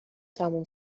تموم